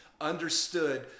understood